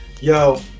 Yo